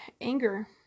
anger